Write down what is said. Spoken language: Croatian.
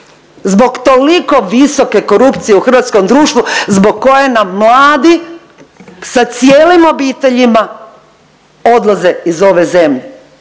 zbog toliko visoke korupcije u hrvatskom društvu zbog koje nam mladi sa cijelim obiteljima odlaze iz ove zemlje.